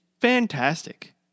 fantastic